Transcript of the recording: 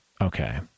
Okay